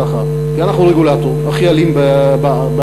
ככה, כי אנחנו הרגולטור הכי אלים בארץ.